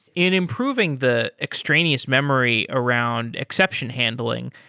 in improving the extraneous memory around exception handling,